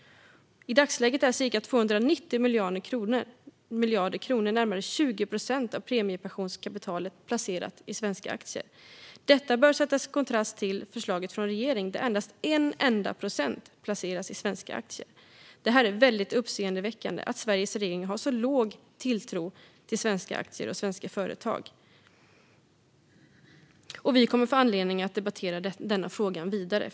I dagsläget är ca 290 miljarder kronor, närmare 20 procent av premiepensionskapitalet, placerat i svenska aktier. Det bör sättas i kontrast till förslaget från regeringen där endast 1 procent placeras i svenska aktier. Det är uppseendeväckande att Sveriges regering har så låg tilltro till svenska aktier och svenska företag. Vi kommer framöver att få anledning att debattera denna fråga vidare.